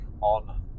on